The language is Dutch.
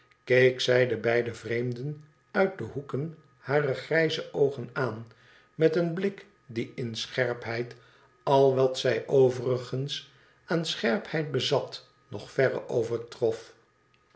keek zij de beide vreemden uit de hoeken harer grijze oogen aan met een blik die in scherpheid al wat zij overigens aan scherpheid bezat nog verre overtrof